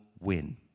win